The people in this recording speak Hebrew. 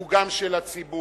הוא גם של הציבור,